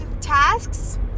tasks